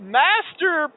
master